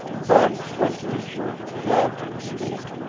bud went to his room, glad to escape.